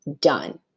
done